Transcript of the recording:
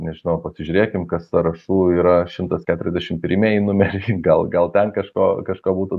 nežinau pasižiūrėkim kas sąrašų yra šimtas keturiasdešimt pirmieji numeriai gal gal ten kažko kažką būtų